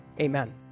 Amen